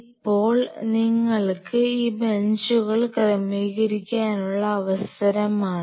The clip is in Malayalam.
ഇപ്പോൾ നിങ്ങൾക്കു ഈ ബെഞ്ചുകൾ ക്രമീകരിക്കാനുള്ള അവസരമാണ്